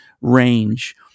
range